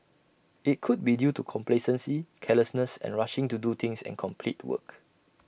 IT could be due to complacency carelessness and rushing to do things and complete work